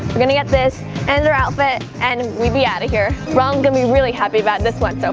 we're gonna get this and the outfit and we be outta here. ronald's gonna be really happy about this one so